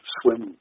swim